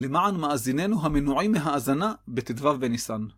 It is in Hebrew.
למען מאזינינו המנועים מהאזנה, בט"ו בניסן.